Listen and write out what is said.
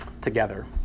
together